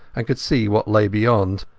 and could see what lay beyond.